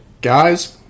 guys –